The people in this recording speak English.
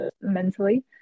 mentally